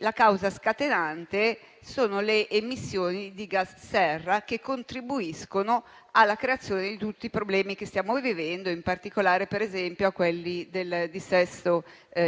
una causa scatenante: le emissioni di gas serra, che contribuiscono alla creazione di tutti i problemi che stiamo vivendo, in particolare il dissesto